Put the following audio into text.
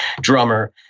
drummer